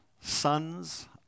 sons